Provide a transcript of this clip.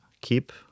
keep